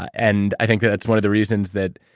and i think that's one of the reasons that,